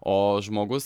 o žmogus